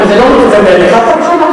אם זה לא מוצא חן בעיניך, זה לא מקובל בעיניך,